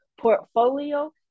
portfolio